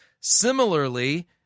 Similarly